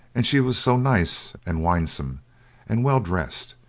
and she was so nice and winsome, and well dressed,